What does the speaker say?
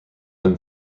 them